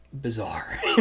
bizarre